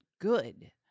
good